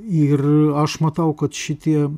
ir aš matau kad šitie